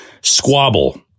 squabble